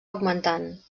augmentant